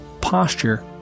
posture